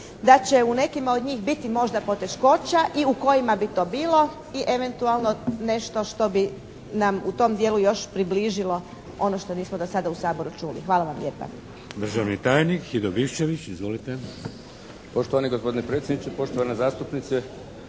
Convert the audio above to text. da će u nekima od njih biti možda poteškoća i u kojima bi to bilo i eventualno nešto što bi nam u tom dijelu još približilo ono što nismo do sada u Saboru čuli? Hvala vam lijepa.